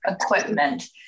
equipment